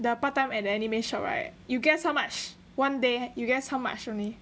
the part time at the anime shop right you guess how much one day you guess how much only